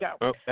go